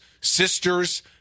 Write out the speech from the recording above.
sisters